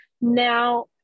Now